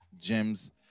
gems